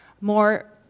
more